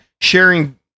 sharing